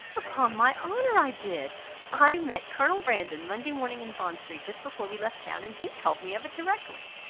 upon my honour i did i met colonel brandon monday morning in bond-street, just before we left town, and he told me of it directly.